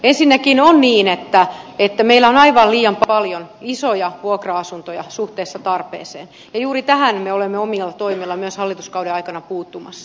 ensinnäkin on niin että meillä on aivan liian paljon isoja vuokra asuntoja suhteessa tarpeeseen ja juuri tähän me olemme omilla toimillamme myös hallituskauden aikana puuttumassa